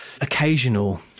occasional